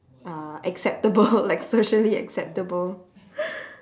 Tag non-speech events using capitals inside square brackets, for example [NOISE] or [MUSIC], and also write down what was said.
ah acceptable [LAUGHS] like socially acceptable